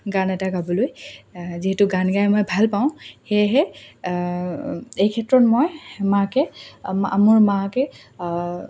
গান এটা গাবলৈ যিহেতু গান গাই মই ভালপাওঁ সেয়েহে এই ক্ষেত্ৰত মই মাকে মোৰ মাকে